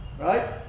right